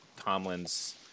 Tomlin's